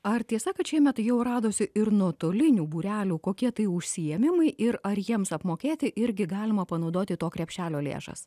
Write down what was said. ar tiesa kad šiemet jau radosi ir nuotolinių būrelių kokie tai užsiėmimai ir ar jiems apmokėti irgi galima panaudoti to krepšelio lėšas